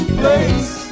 place